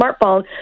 smartphone